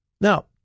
Now